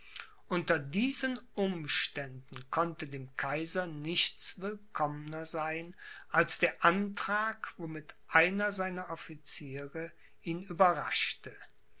unter diesen umständen konnte dem kaiser nichts willkommner sein als der antrag womit einer seiner officiere ihn